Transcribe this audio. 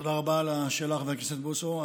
תודה רבה על השאלה, חבר הכנסת בוסו.